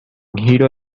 giro